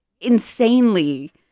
insanely